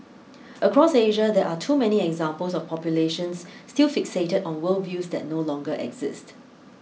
across Asia there are too many examples of populations still fixated on worldviews that no longer exist